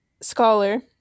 scholar